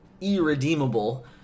irredeemable